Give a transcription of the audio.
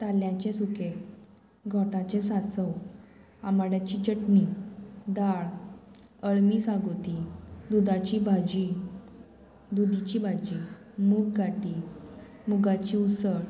ताल्ल्यांचे सुकें घोटाचें सासव आमाड्याची चटणी दाळ अळमी सागोती दुदाची भाजी दुदीची भाजी मुग घाटी मुगाची उसळ